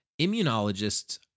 immunologists